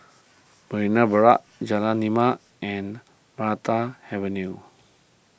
Marina Barrage Jalan Lima and Maranta Avenue